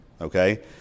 okay